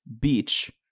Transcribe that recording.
beach